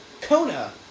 Kona